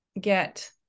get